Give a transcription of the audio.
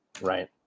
Right